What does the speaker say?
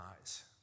eyes